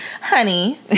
honey